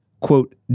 Quote